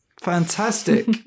Fantastic